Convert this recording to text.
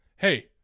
hey